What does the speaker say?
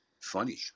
Funny